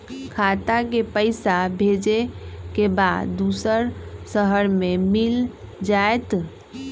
खाता के पईसा भेजेए के बा दुसर शहर में मिल जाए त?